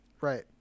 right